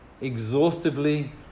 exhaustively